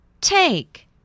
Take